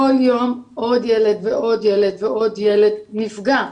כל יום, עוד ילד ועוד ילד ועוד ילד נפגע.